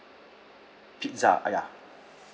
pizza ya